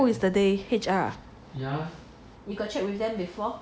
who is the they H_R ah you got check with them before